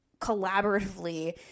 collaboratively